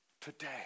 today